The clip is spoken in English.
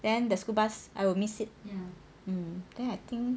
then the school bus I will miss it then I think